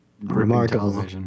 Remarkable